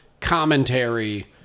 commentary